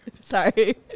sorry